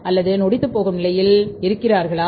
அல்லது நொடித்துப் போகும் நிலையில் இருக்கிறார்களா